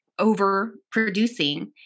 overproducing